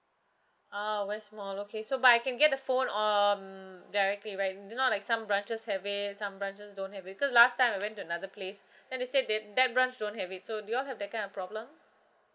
ah west mall okay so but I can get the phone um directly right you know like some branches have it some branches don't have it because last time I went to another place then they said that that branch don't have it so do you all have that kind of problem